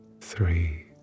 three